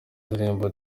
indirimbo